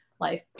life